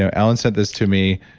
so alan sent this to me.